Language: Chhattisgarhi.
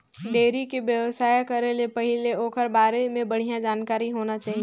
डेयरी के बेवसाय करे ले पहिले ओखर बारे में बड़िहा जानकारी होना चाही